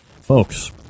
Folks